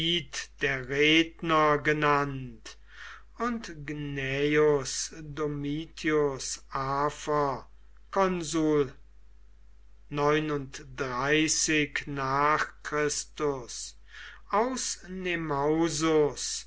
der redner genannt und gnaeus domitius afer konsul nach chr aus